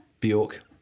Bjork